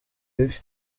bibi